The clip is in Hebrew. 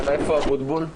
ואיפה אבוטבול?